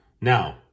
now